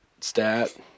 stat